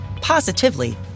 positively